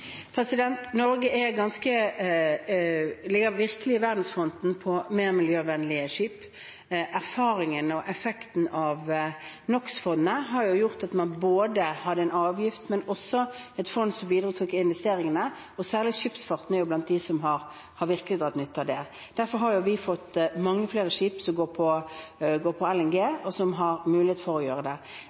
Norge ligger virkelig i verdensfronten når det gjelder mer miljøvennlige skip. Erfaringen og effekten av NOx-fondet har gjort at man både har en avgift og også et fond som bidrar til investeringer, og særlig skipsfarten er blant det som virkelig har dratt nytte av det. Derfor har vi fått mange flere skip som går på LNG, og som har mulighet for å gjøre det.